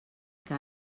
que